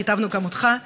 כיתבנו גם אותך.